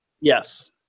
Yes